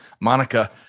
Monica